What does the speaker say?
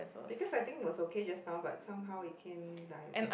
because I think it was okay just now but somehow it can die again